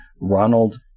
Ronald